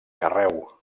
carreu